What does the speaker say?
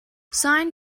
sine